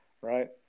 right